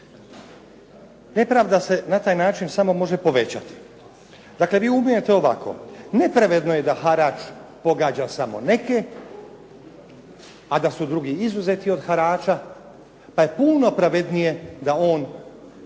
Nepravda se na taj način samo može povećati. Dakle, vi umijete ovako, nepravedno je da harač pogađa samo neke, a da su drugi izuzeti od harača pa je puno pravednije da on pogodi